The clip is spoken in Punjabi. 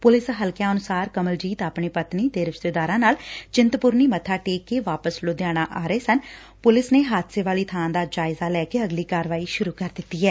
ਪੁਲਿਸ ਹਲਕਿਆਂ ਅਨੁਸਾਰ ਕਮਲਜੀਤ ਆਪਣੀ ਪਤਨੀ ਤੇ ਰਿਸ਼ਤੇਦਾਰਾਂ ਨਾਲ ਚਿੰਤਪੁਰਨੀ ਮੱਬਾ ਟੇਕ ਕੇ ਵਾਪਸ ਲੁਧਿਆਣਾ ਆ ਰਹੇ ਸਨ ਪੁਲਿਸ ਨੇ ਹਾਦਸੇ ਵਾਲੀ ਥਾਂ ਦਾ ਜਾਇਜ਼ਾ ਲੈ ਕੇ ਅਗਲੀ ਕਾਰਵਾਈ ਸੁਰੁ ਕਰ ਦਿੱਤੀ ਏ